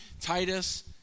Titus